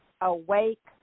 awake